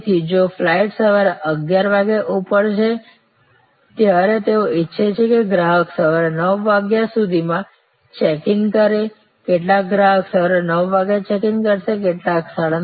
તેથી જો ફ્લાઇટ સવારે 11 વાગ્યે ઉપડશેત્યારે તેઓ ઇચ્છે છે કે ગ્રાહક સવારે 9 વાગ્યા સુધીમાં ચેકિંગ કરે કેટલાક ગ્રાહક સવારે 9 વાગ્યે ચેકિંગ કરશે કેટલાક 9